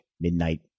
midnight